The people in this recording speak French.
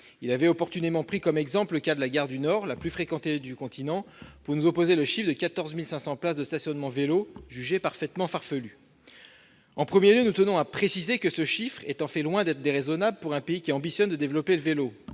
Il avait opportunément pris comme exemple le cas de la gare du Nord, la plus fréquentée du continent, pour nous opposer le chiffre de 14 500 places de stationnement consacrées au vélo, chiffre jugé parfaitement farfelu. En premier lieu, nous tenons à préciser que ce chiffre est en fait loin d'être déraisonnable pour un pays qui a pour ambition de développer le vélo.